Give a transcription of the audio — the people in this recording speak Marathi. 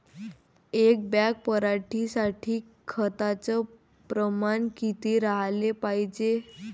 एक बॅग पराटी साठी खताचं प्रमान किती राहाले पायजे?